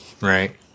Right